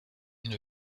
une